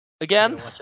again